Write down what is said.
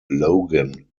logan